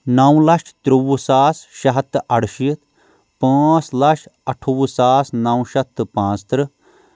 نو لچھ ترٛۆوُہ ساس شیٚےٚ ہتھ تہٕ ارشیٖتھ پانٛژھ لچھ اٹھوُہ ساس نو شیٚتھ تہٕ پانٛژھ تٕرٛہ